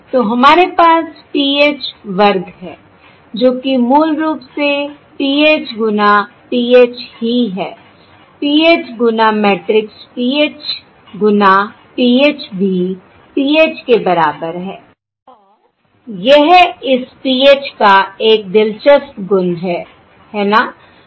तो हमारे पास PH वर्ग है जो कि मूल रूप से PH गुना PH ही है PH गुना मैट्रिक्स PH गुना PH भी PH के बराबर है और यह इस PH का एक दिलचस्प गुण है है ना